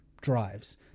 drives